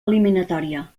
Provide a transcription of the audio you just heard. eliminatòria